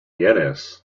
ynez